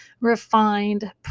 refined